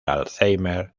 alzheimer